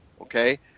okay